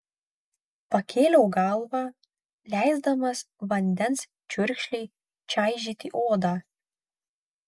pakėliau galvą leisdamas vandens čiurkšlei čaižyti odą